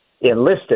enlisted